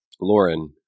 Lauren